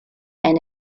and